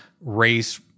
race